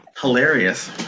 hilarious